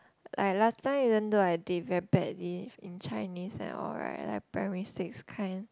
like last time even though I did very badly in Chinese and all right like primary six kind